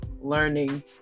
learning